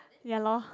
ya lor